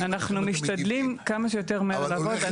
אנחנו משתדלים כמה שיותר מהר לעבוד.